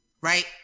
right